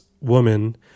woman